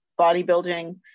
bodybuilding